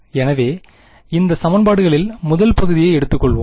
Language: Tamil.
எனவே இந்த சமன்பாடுகளில் முதல் பகுதியை எடுத்துக்கொள்வோம்